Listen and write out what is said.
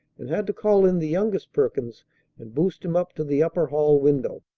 and had to call in the youngest perkins and boost him up to the upper-hall window.